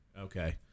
Okay